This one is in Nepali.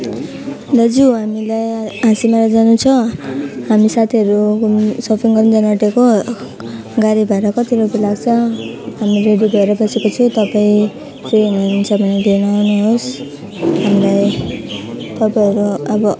दाजु हामीलाई हाँसीमारा जानु छ हामी साथीहरू घुम्न सपिङ गर्न जानुआँटेको गाडी भाडा कति रुपियाँ लाग्छ हामी रेडी भएर बसेको छौँ तपाईँ फ्री हुनुहुन्छ भने लिन आउनुहोस् हामीलाई तपाईँहरू अब